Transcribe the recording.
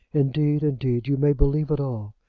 indeed, indeed you may believe it all.